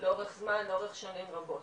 לאורך זמן, לאורך שנים רבות.